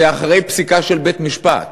זה אחרי פסיקה של בית-משפט,